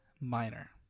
minor